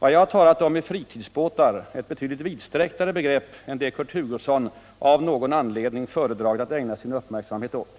Vad jag har talat om är ”fritidsbåtar”, ett betydligt vidsträcktare begrepp än det Kurt Hugosson av någon anledning föredragit att ägna sin uppmärksamhet åt.